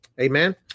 amen